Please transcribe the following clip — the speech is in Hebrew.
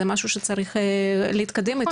זה משהו שצריך להתקדם איתו.